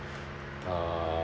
uh